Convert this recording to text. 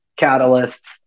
catalysts